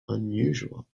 unusual